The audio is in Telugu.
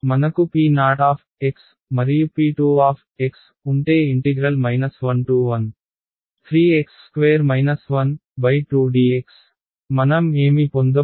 మనకు po మరియు p2 ఉంటే 112dx మనం ఏమి పొందబోతున్నాము